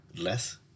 less